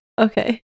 Okay